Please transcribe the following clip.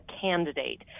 candidate